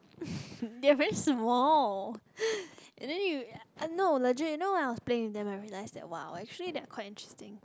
they're really small and then you uh no legit you know when I was playing with them I realize that !wow! actually they are quite interesting